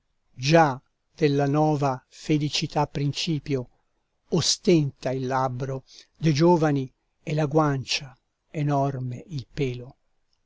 già della nova felicità principio ostenta il labbro de giovani e la guancia enorme il pelo